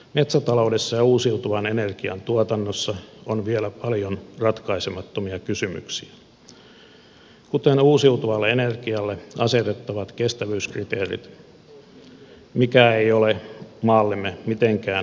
metsätaloudessa ja uusiutuvan energian tuotannossa on vielä paljon ratkaisemattomia kysymyksiä kuten uusiutuvalle energialle asetettavat kestävyyskriteerit mikä ei ole maallemme mitenkään vähäpätöinen asia